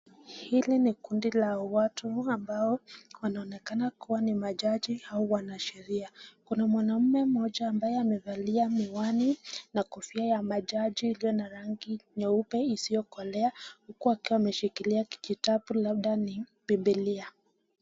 Hili ni kundi la watu ambao wanaonekana kuwa ni majaji au wanasheria. Kuna mwanaume mmoja ambaye amevalia miwani na kofia ya majaji iliona rangi nyeupe isiokolea uku akiwa ameshikilia kikitabu labda ni bibilia.